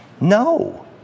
No